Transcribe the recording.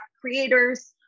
creators